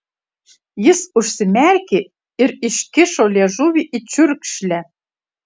jis užsimerkė ir iškišo liežuvį į čiurkšlę